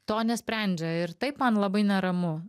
to nesprendžia ir taip man labai neramu